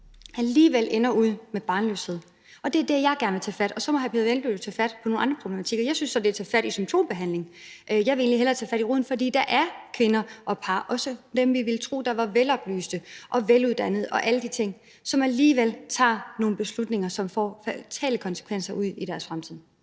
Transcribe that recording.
alligevel ender med barnløshed. Det er der, jeg gerne vil tage fat. Og så må hr. Peder Hvelplund jo tage fat på nogle andre problematikker. Jeg synes, det at tage fat i symptombehandling. Jeg vil egentlig hellere tage fat om roden, for der er kvinder og par, også dem, vi ville tro var veloplyste og veluddannede og alle de ting, som alligevel tager nogle beslutninger, som får fatale konsekvenser for deres fremtid.